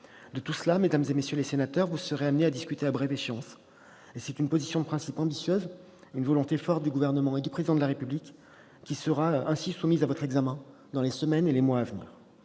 De tout cela, mesdames, messieurs les sénateurs, vous serez amenés à discuter à brève échéance. C'est une position de principe ambitieuse, une volonté forte du Gouvernement et du Président de la République, qui seront soumises à votre examen dans les semaines et les mois à venir.